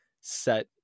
set